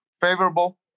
favorable